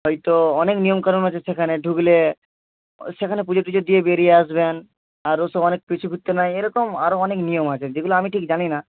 হয়তো অনেক নিয়মকানুন আছে সেখানে ঢুকলে সেখানে পুজো টুজো দিয়ে বেরিয়ে আসবেন আরও সব অনেক পিছু ফিরতে নাই এরকম আরও অনেক নিয়ম আছে যেগুলা আমি ঠিক জানি না